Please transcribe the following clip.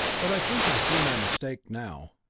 but i think i see my mistake now.